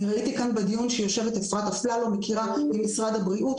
אני ראיתי כאן בדיון שיושבת אפרת אפללו ממשרד הבריאות,